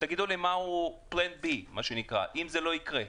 מה יש בתוכנית 2 אם זה לא יקרה?